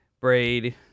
braid